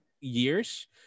years